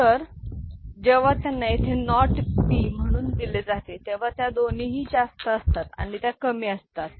तर जेव्हा त्यांना येथे नॉट बी म्हणून दिले जाते तेव्हा त्या दोघीही जास्त असतात आणि त्या कमी असतात